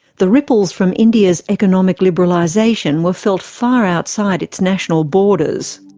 the ripples from india's economic liberalisation were felt far outside its national borders.